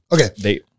Okay